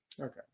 Okay